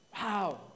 Wow